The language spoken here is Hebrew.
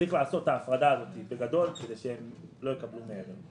צריך לעשות את ההפרדה הזאת כדי שהם לא יקבלו מעבר.